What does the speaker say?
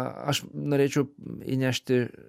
aš norėčiau įnešti